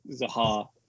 Zaha